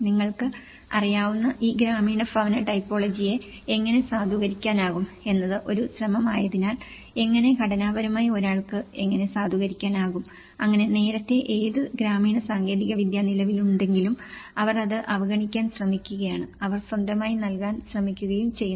നിങ്ങൾക്ക് അറിയാവുന്ന ഈ ഗ്രാമീണ ഭവന ടൈപ്പോളജിയെ എങ്ങനെ സാധൂകരിക്കാനാകും എന്നത് ഒരു ശ്രമമായതിനാൽ എങ്ങനെ ഘടനാപരമായി ഒരാൾക്ക് എങ്ങനെ സാധൂകരിക്കാനാകും അങ്ങനെ നേരത്തെ ഏത് ഗ്രാമീണ സാങ്കേതികവിദ്യ നിലവിലുണ്ടെങ്കിലും അവർ അത് അവഗണിക്കാൻ ശ്രമിക്കുകയും അവർ സ്വന്തമായി നൽകാൻ ശ്രമിക്കുകയും ചെയ്യുന്നു